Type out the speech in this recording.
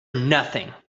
nothing